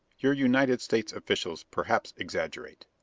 your united states officials perhaps exaggerate.